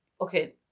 Okay